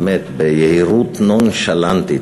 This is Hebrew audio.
באמת ביהירות נונשלנטית,